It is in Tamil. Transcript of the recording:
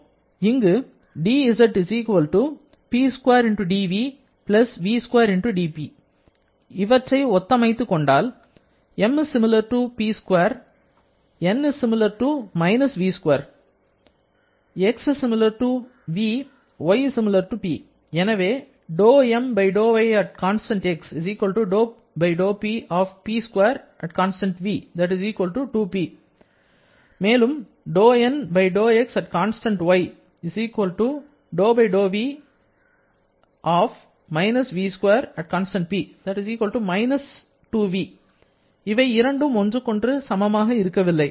இங்கு dz P2dv v2dP இவற்றை ஒத்தமைத்துக்கொண்டால் M ≡ P2 N ≡− v2 x ≡ v y ≡ P எனவே மேலும் இவை இரண்டும் ஒன்றுக்கொன்று சமமாக இருக்கவில்லை